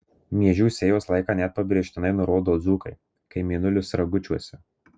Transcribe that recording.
miežių sėjos laiką net pabrėžtinai nurodo dzūkai kai mėnulis ragučiuose